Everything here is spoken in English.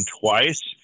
twice